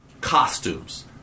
Costumes